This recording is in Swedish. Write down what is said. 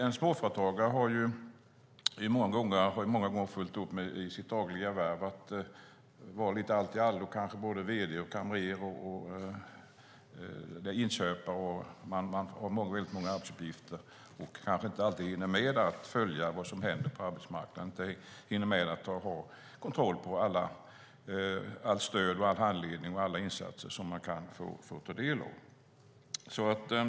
En småföretagare har många gånger fullt upp i sitt dagliga värv med att vara lite av en alltiallo, kanske såväl vd som kamrer och inköpare. Man har många arbetsuppgifter och hinner kanske inte alltid med att följa vad som händer på arbetsmarknaden och ha kontroll på allt stöd, all handledning och alla insatser som man kan få del av.